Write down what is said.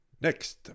Next